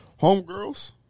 homegirls